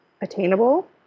attainable